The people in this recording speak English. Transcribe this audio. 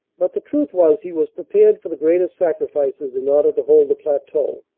but the truth was he was prepared for the greatest sacrifices in order to hold the plateau.